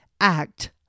act